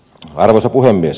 arvoisa puhemies